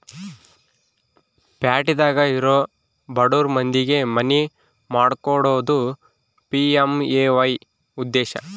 ಪ್ಯಾಟಿದಾಗ ಇರೊ ಬಡುರ್ ಮಂದಿಗೆ ಮನಿ ಮಾಡ್ಕೊಕೊಡೋದು ಪಿ.ಎಮ್.ಎ.ವೈ ಉದ್ದೇಶ